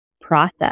process